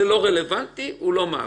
אם זה לא רלוונטי, הוא לא מעביר.